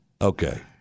Okay